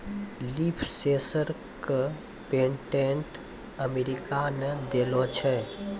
Leaf sensor क patent America ने देलें छै?